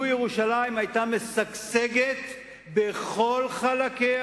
לו שגשגה ירושלים בכל חלקיה,